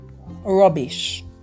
rubbish